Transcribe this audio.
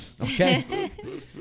Okay